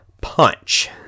Punch